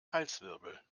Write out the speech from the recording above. halswirbel